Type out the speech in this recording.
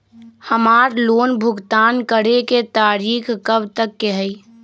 हमार लोन भुगतान करे के तारीख कब तक के हई?